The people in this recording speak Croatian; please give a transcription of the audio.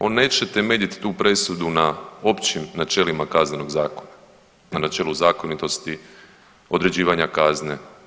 On neće temeljiti tu presudu na općim načelima Kaznenog zakona na načelu zakonitosti, određivanja kazne.